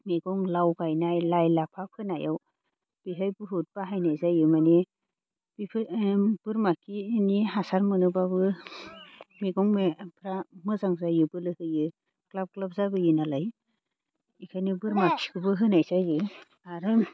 मैगं लाव गायनाय लाइ लाफा फोनायाव बेहाय बुहुद बाहायनाय जायो माने बिफोर बोरमा खिनि हासार मोनोब्लाबो मैगं मैलाफ्रा मोजां जायो बोलो होयो ग्लाब ग्लाब जाबोयो नालाय इखायनो बोरमा खिखोबो होनाय जायो आरो